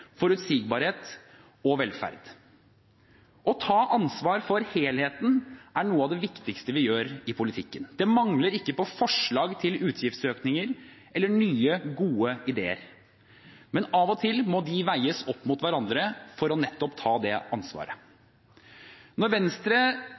forutsigbarhet og velferd. Å ta ansvar for helheten er noe av det viktigste vi gjør i politikken. Det mangler ikke på forslag til utgiftsøkninger eller nye, gode ideer, men av og til må de veies opp mot hverandre for nettopp å ta det ansvaret.